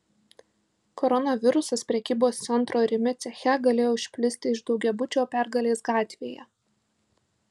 koronavirusas prekybos centro rimi ceche galėjo išplisti iš daugiabučio pergalės gatvėje